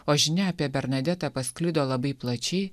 o žinia apie bernadetą pasklido labai plačiai